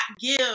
give